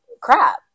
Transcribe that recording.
crap